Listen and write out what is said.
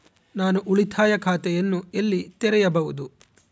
ನಾನು ಉಳಿತಾಯ ಖಾತೆಯನ್ನು ಎಲ್ಲಿ ತೆರೆಯಬಹುದು?